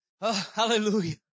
Hallelujah